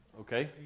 Okay